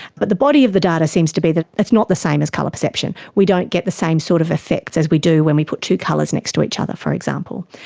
but the body of the data seems to be that it's not the same as colour perception. we don't get the same sort of effects as we do when we put two colours next to each other, for example.